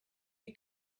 you